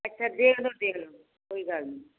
ਅੱਛਾ ਦੇਖ਼ ਲਓ ਦੇਖ ਲਓ ਕੋਈ ਗੱਲ ਨਹੀਂ